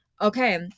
Okay